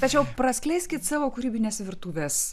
tačiau prasleiskit savo kūrybinės virtuvės